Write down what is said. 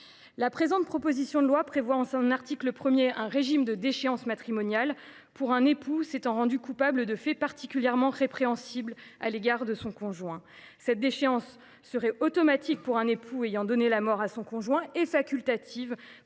La présente proposition de loi prévoit en son article 1 un régime de déchéance matrimoniale pour un époux s’étant rendu coupable de faits particulièrement répréhensibles à l’égard de son conjoint. Cette déchéance serait automatique pour un époux ayant donné la mort à son conjoint et facultative